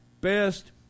best